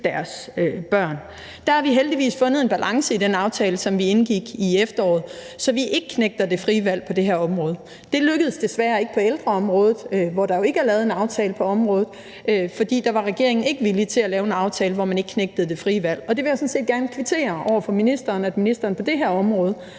deres børn. Der har vi heldigvis fundet en balance i den aftale, som vi indgik i efteråret, så vi ikke knægter det frie valg på det her område. Det lykkedes desværre ikke på ældreområdet, hvor der jo ikke er lavet en aftale, for der var regeringen ikke villig til at lave en aftale, hvor man ikke knægtede det frie valg. Og jeg vil sådan set gerne kvittere over for ministeren for, at ministeren på det her område